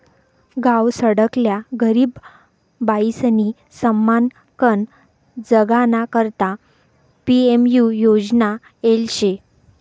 गावसकडल्या गरीब बायीसनी सन्मानकन जगाना करता पी.एम.यु योजना येल शे